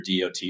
DOT